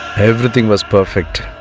everything was perfect